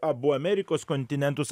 abu amerikos kontinentus